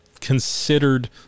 considered